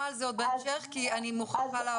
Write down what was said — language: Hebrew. על זה עוד בהמשך כי אני מוכרחה לעבור לדוברים אחרים.